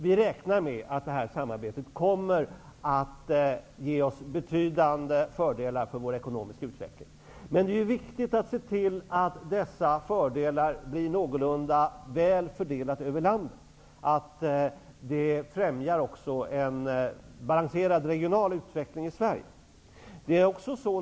Vi räknar med att samarbetet kommer att ge oss betydande fördelar för vår ekonomiska utveckling. Det är viktigt att se till att dessa fördelar blir någorlunda jämnt fördelade över landet, att det främjar en balanserad regional utveckling i Sverige.